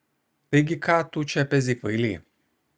taigi ką tu čia pezi kvaily